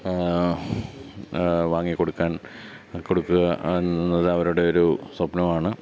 വാങ്ങി കൊടുക്കാൻ കൊടുക്കുക എന്നത് അവരുടെ ഒരു സ്വപ്നമാണ്